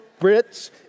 Brits